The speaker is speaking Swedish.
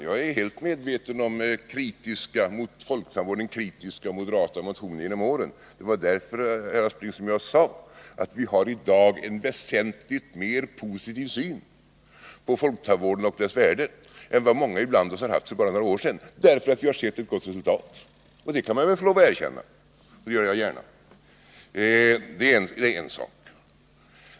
Jag är helt medveten om mot folktandvården kritiska moderata motioner genom åren. Det var därför, herr Aspling, som jag sade att vi i dag har en väsentligt mer positiv syn på folktandvården och dess värde än vad många ibland oss hade för bara några år sedan — därför att vi har sett ett gott resultat. Och detta kan man väl få lov att erkänna. Jag gör det gärna.